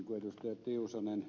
niin kuin ed